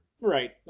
Right